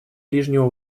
ближнего